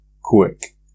quick